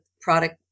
product